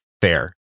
fair